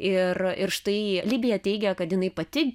ir ir štai libija teigė kad jinai pati